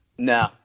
No